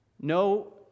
No